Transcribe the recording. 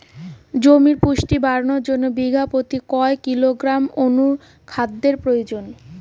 জমির পুষ্টি বাড়ানোর জন্য বিঘা প্রতি কয় কিলোগ্রাম অণু খাদ্যের প্রয়োজন?